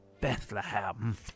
Bethlehem